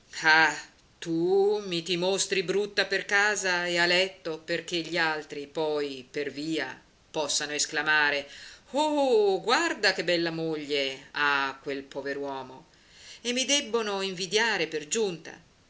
tu mi ti mostri brutta per casa e a letto perché gli altri poi per via possano esclamare oh guarda che bella moglie ha quel pover uomo e mi debbono invidiare per giunta